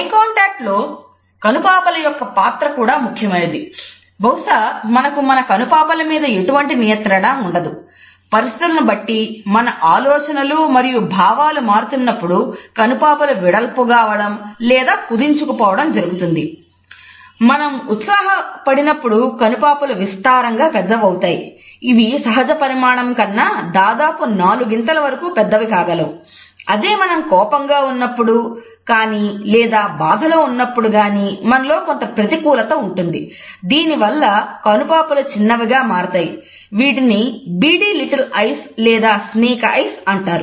I contact అంటారు